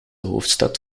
hoofdstad